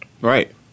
Right